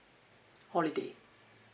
holiday